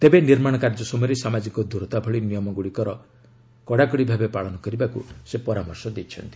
ତେବେ ନିର୍ମାଣ କାର୍ଯ୍ୟ ସମୟରେ ସାମାଜିକ ଦୂରତା ଭଳି ନିୟମଗୁଡ଼ିକର ପାଳନ କରିବାକୁ ସେ ପରାମର୍ଶ ଦେଇଛନ୍ତି